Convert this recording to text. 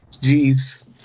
Jeeves